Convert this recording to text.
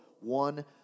one